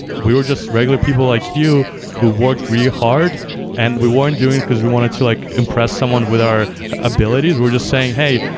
we were just regular people like you who worked really hard and we weren't doing it because we wanted to like impress someone with our abilities. we're just saying, hey,